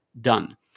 done